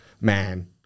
man